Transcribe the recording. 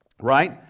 right